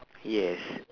yes